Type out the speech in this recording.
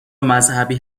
مذهبی